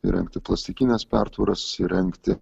įrengti plastikines pertvaras įrengti